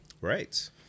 Right